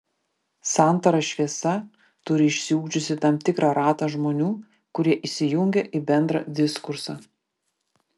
santara šviesa turi išsiugdžiusi tam tikrą ratą žmonių kurie įsijungia į bendrą diskursą